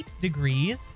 degrees